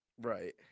Right